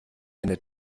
eine